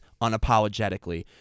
unapologetically